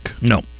No